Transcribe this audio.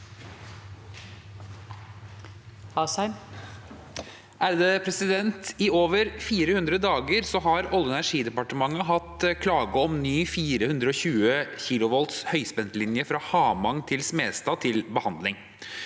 «I over 400 dager har Olje- og energidepartementet hatt klage om ny 420 kV-høyspentlinje fra Hamang til Smestad til behandling.